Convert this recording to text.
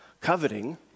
coveting